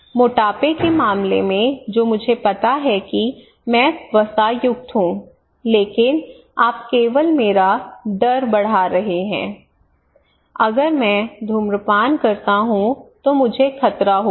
मोटापे के मामले में जो मुझे पता है कि मैं वसायुक्त हूं लेकिन आप केवल मेरा डर बढ़ा रहे हैं अगर मैं धूम्रपान करता हूं तो मुझे खतरा होगा